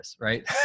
right